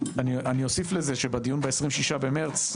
שבדיון ב-26 במרץ,